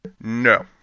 No